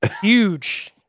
huge